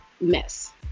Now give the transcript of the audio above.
mess